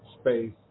space